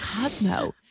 Cosmo